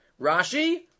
Rashi